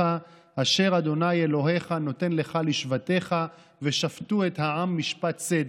אשר ה' אלהיך נותן לך לשבטיך ושפטו את העם משפט צדק.